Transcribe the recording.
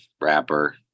rapper